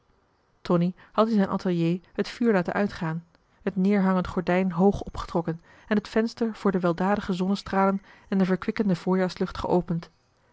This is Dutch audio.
tonie had in zijn atelier het vuur laten uitgaan het neerhangend gordijn hoog opgetrokken en het venster voor de weldadige zonnestralen en de verkwikkende voorjaarslucht geopend